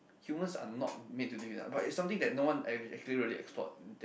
humans are not made to live in the dark but it's something that no one ac~ actually explored that